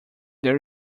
there